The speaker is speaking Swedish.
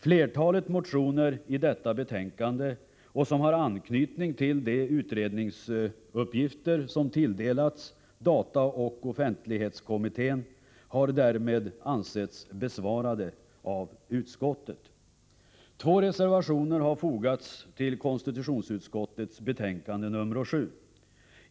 Flertalet motioner i detta betänkande som har anknytning till de utredningsuppgifter som tilldelats dataoch offentlighetskommittén har därmed ansetts besvarade av utskottet. Två reservationer har fogats till konstitutionsutskottets betänkande nr 7.